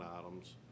items